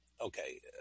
Okay